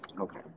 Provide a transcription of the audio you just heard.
Okay